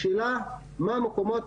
השאלה היא מה המקומות,